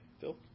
Phil